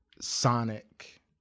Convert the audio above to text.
sonic